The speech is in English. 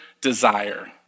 desire